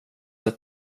ett